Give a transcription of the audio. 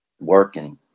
Working